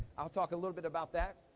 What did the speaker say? i'll talk a little bit about that.